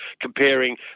Comparing